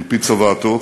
על-פי צוואתו,